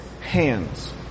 hands